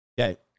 Okay